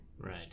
Right